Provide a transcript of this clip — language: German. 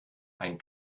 ein